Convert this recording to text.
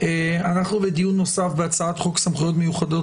אנחנו בדיון נוסף בהצעת חוק סמכויות מיוחדות